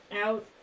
out